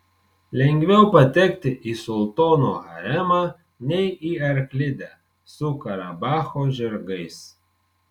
lengviau patekti į sultono haremą nei į arklidę su karabacho žirgais